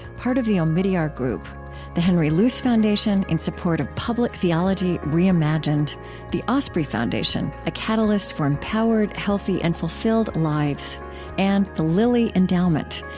part of the omidyar group the henry luce foundation, in support of public theology reimagined the osprey foundation, a catalyst for empowered, healthy, and fulfilled lives and the lilly endowment,